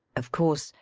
of course,